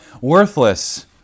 worthless